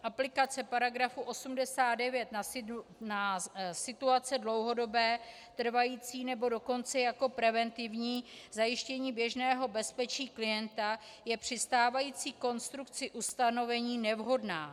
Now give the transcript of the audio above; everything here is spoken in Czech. Aplikace § 89 na situace dlouhodobé, trvající, nebo dokonce jako preventivní zajištění běžného bezpečí klienta je při stávající konstrukci ustanovení nevhodná.